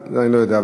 זה אני לא יודע.